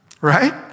right